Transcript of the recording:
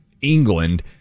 England